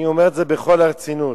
אני אומר את זה בכל הרצינות.